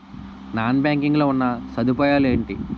Non banking లో ఉన్నా సదుపాయాలు ఎంటి?